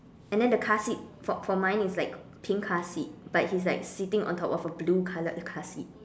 and then the car seat for for mine is like pink car seat but he's like sitting on top of a blue coloured car seat